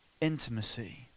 intimacy